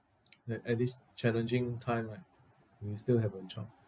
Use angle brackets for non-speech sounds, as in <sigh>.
<noise> that at this challenging time right we still have a job